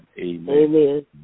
Amen